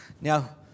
Now